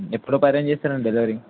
ఎప్పుడో డెలివరీ